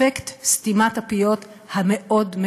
אפקט סתימת הפיות המאוד-מאוד-אפקטיבי.